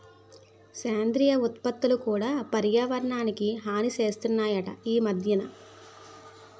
సేంద్రియ ఉత్పత్తులు కూడా పర్యావరణానికి హాని సేస్తనాయట ఈ మద్దెన